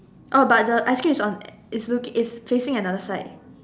oh but the ice cream is on is look is facing another side